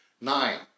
Nine